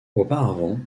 auparavant